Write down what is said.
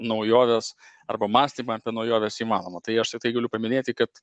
naujoves arba mąstymą apie naujoves įmanomą tai aš tiktai galiu paminėti kad